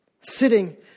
sitting